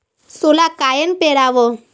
सोला कायनं पेराव?